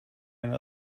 and